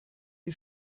die